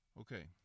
Okay